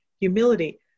humility